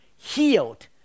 Healed